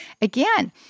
Again